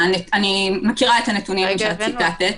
אני מכירה את הנתונים שציטטת.